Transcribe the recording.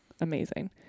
amazing